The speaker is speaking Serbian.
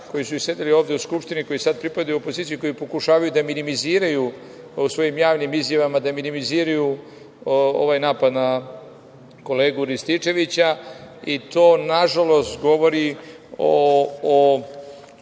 koji su sedeli ovde u Skupštini, koji sad pripadaju opoziciji, koji pokušavaju da minimiziraju u svojim javnim izjavama ovaj napad na kolegu Rističevića i to, nažalost, govori o